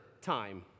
time